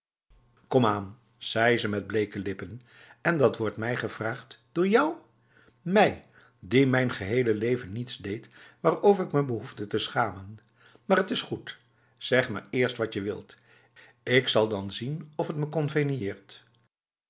komaan zei ze met bleke lippen en dat wordt mij gevraagd door jou mij die mijn gehele leven niets deed waarover ik me behoefde te schamen maar het is goed zeg maar eerst watje wilt ik zal dan zien of het me